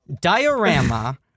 diorama